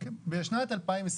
בשנת 2021